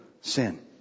sin